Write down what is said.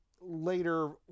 later